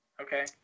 Okay